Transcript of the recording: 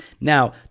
Now